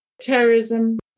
terrorism